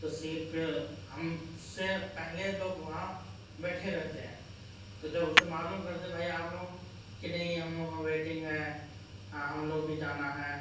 تو سیٹ پہ ہم سے پہلے لوگ وہاں بیٹھے رہتے ہیں تو جب اس سے معلوم کرتے بھائی آپ لوگ کہ نہیں ہم لوگوں کا ویٹنگ ہے ہم لوگ بھی جانا ہے